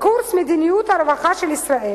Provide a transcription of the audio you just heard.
בקורס "מדיניות הרווחה של ישראל"